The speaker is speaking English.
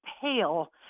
pale